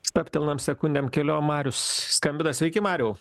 stabtelnam sekundėm keliom marius skambina sveiki mariau